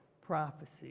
prophecy